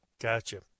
gotcha